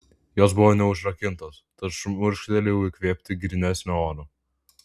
jos buvo neužrakintos tad šmurkštelėjau įkvėpti grynesnio oro